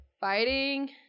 fighting